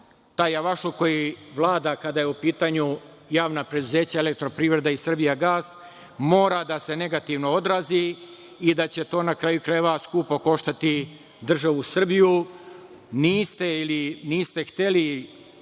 taj javašluk koji vlada kada su u pitanju javna preduzeća „Elektroprivreda“ i „Srbijagas“, mora da se negativno odrazi i da će to, na kraju krajeva, skupo koštati državu Srbiju. Niste hteli